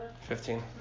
Fifteen